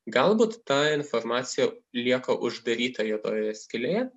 galbūt ta informacija lieka uždaryta juodojoje skylėje